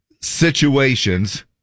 situations